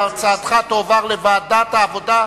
הצעתך תועבר לוועדת העבודה,